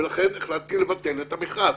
ולכן החלטתי לבטל את המכרז.